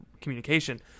communication